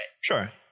Sure